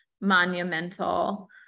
monumental